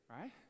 right